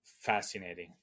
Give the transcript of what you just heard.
fascinating